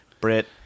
Brit